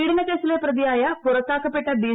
പീഡനകേസിലെ പ്രതിയായ പുറത്താക്കപ്പെട്ട ബി